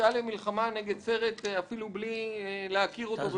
יצאה למלחמה נגד סרט אפילו בלי להכיר אותו.